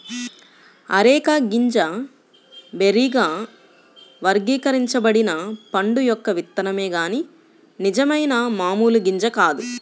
areca గింజ బెర్రీగా వర్గీకరించబడిన పండు యొక్క విత్తనమే కాని నిజమైన మామూలు గింజ కాదు